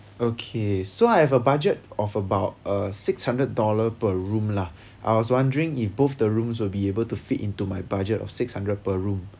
okay so I have a budget of about uh six hundred dollar per room lah I was wondering if both the rooms will be able to fit into my budget of six hundred per room